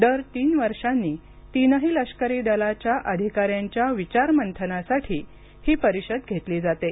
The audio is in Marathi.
दर तीन वर्षांनी तिनही लष्करी दलाच्या अधिकाऱ्यांच्या विचारमंथनासाठी ही परिषद घेतली जाते